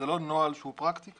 זה לא נוהל שהוא פרקטיקה,